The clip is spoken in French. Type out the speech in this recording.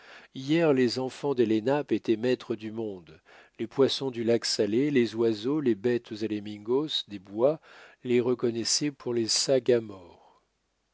hier les enfants des lenapes étaient maîtres du monde les poissons du lac salé les oiseaux les bêtes et les mingos des bois les reconnaissaient pour les sagamores cora